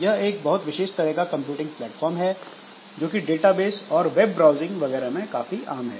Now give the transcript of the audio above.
यह एक बहुत विशेष तरह का कंप्यूटिंग प्लेटफार्म है जोकि डेटाबेस और वेब ब्राउजिंग वगैरह में काफी आम है